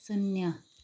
शून्य